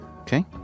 Okay